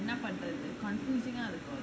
ah